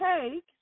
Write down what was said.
take